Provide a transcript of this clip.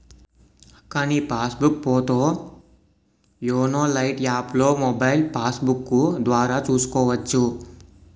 అక్కా నీ passbook పోతో యోనో లైట్ యాప్లో మొబైల్ పాస్బుక్కు ద్వారా చూసుకోవచ్చు